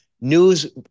news